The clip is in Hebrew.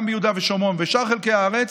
גם ביהודה ושומרון ובשאר חלקי הארץ,